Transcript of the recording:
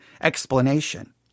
explanation